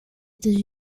états